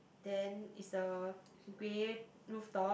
then is a grey rooftop